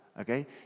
okay